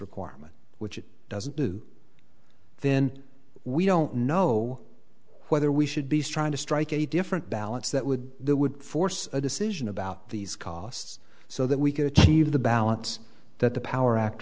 requirement which it doesn't do then we don't know whether we should be striving to strike a different balance that would that would force a decision about these costs so that we can achieve the balance that the power act